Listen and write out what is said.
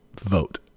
vote